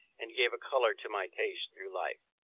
and gave a colour to my tastes through life.